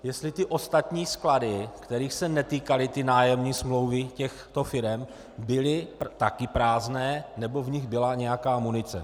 Jestli ty ostatní sklady, kterých se netýkaly nájemní smlouvy těchto firem, byly taky prázdné, nebo v nich byla nějaká munice.